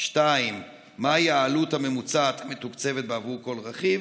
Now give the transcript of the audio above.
2. מהי העלות הממוצעת המתוקצבת בעבור כל רכיב?